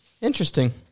Interesting